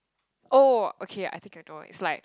oh okay I think I know what it's like